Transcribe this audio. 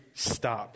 Stop